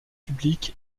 publics